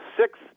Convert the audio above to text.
six